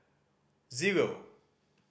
zero